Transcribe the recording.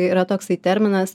yra toksai terminas